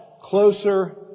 closer